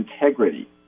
integrity